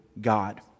God